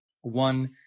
one